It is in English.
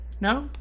No